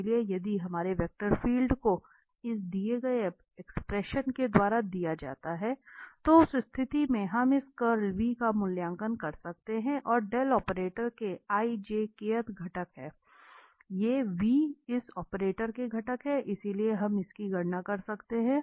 इसलिए यदि हमारे वेक्टर फील्ड को के द्वारा दिया जाता है तो उस स्थिति में हम इस कर्ल का मूल्यांकन कर सकते हैं और डेल ऑपरेटर के घटक हैं ये इस ऑपरेटर के घटक हैं इसलिए हम इसकी गणना कर सकते हैं